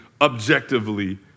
objectively